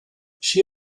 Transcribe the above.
she